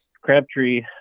Crabtree